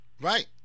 Right